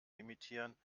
imitieren